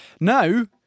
now